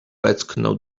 westchnął